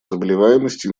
заболеваемости